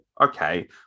okay